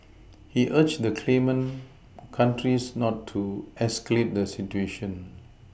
he urged the claimant countries not to escalate the situation